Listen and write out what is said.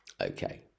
Okay